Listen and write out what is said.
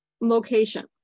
location